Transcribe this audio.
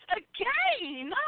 again